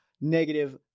negative